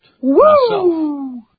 Woo